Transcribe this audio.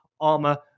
Armor